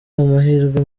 amahirwe